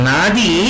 Nadi